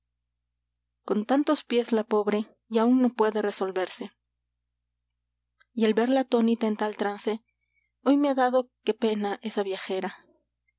con tantos pies la pobre y aún no puede resolverse y al verla atónita en tal trance hoy me ha dado qué pena esa viajera